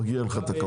מגיע לך הכבוד.